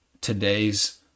today's